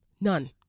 None